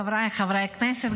חבריי חברי הכנסת,